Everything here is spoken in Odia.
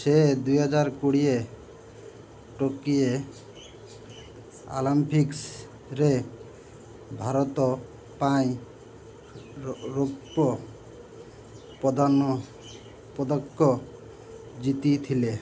ସେ ଦୁଇ ହଜାର କୋଡ଼ିଏ ଟୋକିଏ ଅଲମ୍ପିକ୍ସରେ ଭାରତ ପାଇଁ ରୌପ୍ୟ ପଦକ ଜିତିଥିଲେ